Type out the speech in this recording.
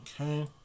Okay